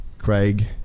Craig